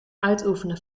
uitoefenen